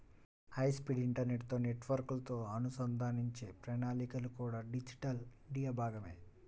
high speed internet నెట్వర్క్లతో అనుసంధానించే ప్రణాళికలు కూడా డిజిటల్ ఇండియాలో భాగమే